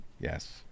yes